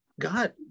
God